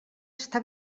està